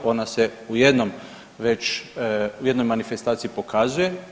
Ona se u jednom već, u jednoj manifestaciji pokazuje.